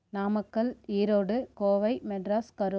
Namakkal Erode Kovai Madras Karur